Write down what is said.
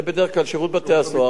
זה בדרך כלל שירות בתי-הסוהר,